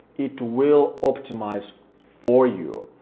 it will optimize for you.